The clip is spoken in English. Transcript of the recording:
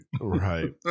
right